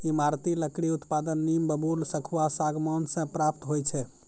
ईमारती लकड़ी उत्पादन नीम, बबूल, सखुआ, सागमान से प्राप्त होय छै